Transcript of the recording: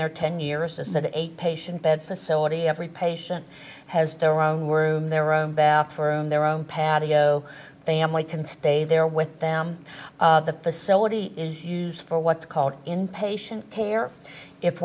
there ten years is that a patient bed facility every patient has their own worm their own bathroom their own patio family can stay there with them the facility is used for what's called in patient care if